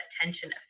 attention